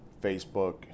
facebook